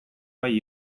bai